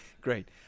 great